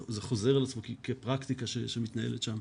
זה חוזר על עצמו כפרקטיקה שמתנהלת שם.